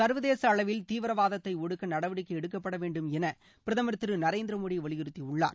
சர்வதேச அளவில் தீவிரவாதத்தை ஒடுக்க நடவடிக்கை எடுக்கப்பட வேண்டும் என பிரதமர் திரு நரேந்திர மோடி வலியுறுத்தியுள்ளார்